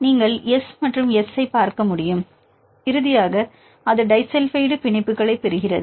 நீங்கள் எஸ் மற்றும் எஸ் பார்க்க முடியும் இறுதியாக அது டிஸல்பைட் பிணைப்புகளைப் பெறுகிறது